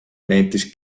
nentis